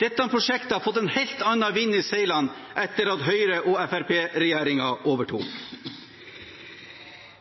Dette prosjektet har fått en helt annen vind i seilene etter at Høyre–Fremskrittsparti-regjeringen overtok.